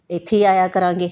ਇੱਥੇ ਹੀ ਆਇਆ ਕਰਾਂਗੇ